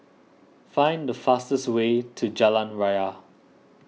find the fastest way to Jalan Raya